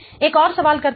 एक और सवाल करते हैं